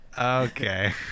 okay